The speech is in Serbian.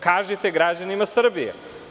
Kažite građanima Srbije.